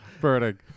burning